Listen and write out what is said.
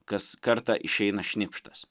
kas kartą išeina šnipštas